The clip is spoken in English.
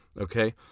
Okay